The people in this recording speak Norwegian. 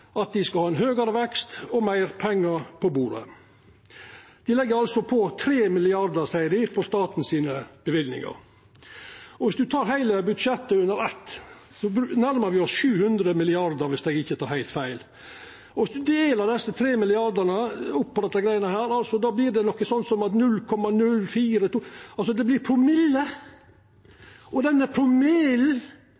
klarte dei å fjerna eigedomsskatten og sparte innbyggjarane for 40 mill. kr. Likevel seier Arbeidarpartiet at dei skal ha høgare vekst og meir pengar på bordet. Dei seier at dei legg på 3 milliardar på staten sine løyvingar. Dersom ein tek heile budsjettet under eitt, nærmar me oss 700 milliardar, dersom eg ikkje tek heilt feil. Og dersom ein deler opp desse 3 milliardane her, vert talet noko sånt som 0,042 – det vert altså promillar, og dette